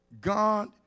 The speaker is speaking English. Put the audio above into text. God